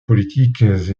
politiques